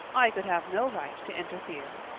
i could have no right to interfere.